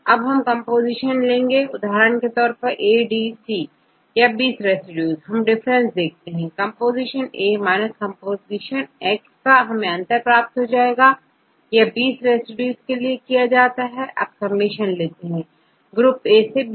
अब हम प्रत्येक कंपोजीशन लेंगे उदाहरण के तौर परADC या 20 रेसिड्यू अब डिफरेंस देखते हैं comp comp से हमें अंतर प्राप्त हो जाता है यह 20 रेसिड्यू के लिए किया जाता हैअब समेशन लेते हैंi बराबर 1 से20